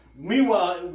meanwhile